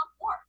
more